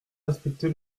respecté